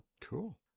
Cool